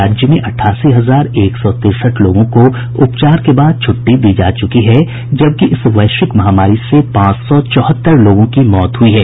राज्य में अट्ठासी हजार एक सौ तिरसठ लोगों को उपचार के बाद छुट्टी दी जा चुकी है जबकि इस वैश्विक महामारी से पांच सौ चौहत्तर लोगों की मौत हुई है